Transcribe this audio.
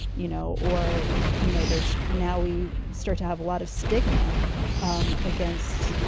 you know, or, you you know, there's now we start to have a lot of stigma um against,